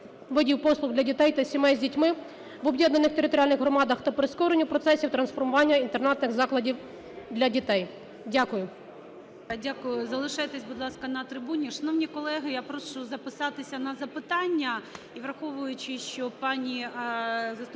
видів послуг для дітей та сімей з дітьми в об'єднаних територіальних громадах та прискоренню процесів трансформування інтернатних закладів для дітей. Дякую.